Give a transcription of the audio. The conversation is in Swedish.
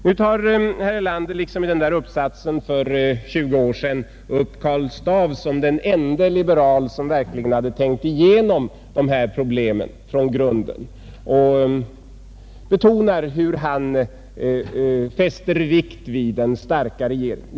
Nu tar herr Erlander, liksom i den där uppsatsen för 20 år sedan, upp Karl Staaff som den ende liberal, som verkligen har trängt igenom dessa problem från grunden, och betonar vilken vikt han fäster vid den starka regeringen.